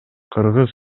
кыргыз